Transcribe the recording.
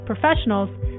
professionals